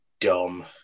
dumb